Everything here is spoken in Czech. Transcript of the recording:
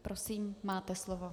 Prosím, máte slovo.